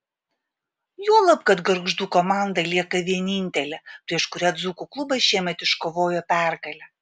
juolab kad gargždų komanda lieka vienintelė prieš kurią dzūkų klubas šiemet iškovojo pergalę